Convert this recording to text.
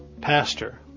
pastor